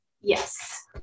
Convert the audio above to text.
Yes